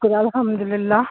الحمدُاللہ